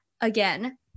again